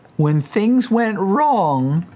when things went wrong,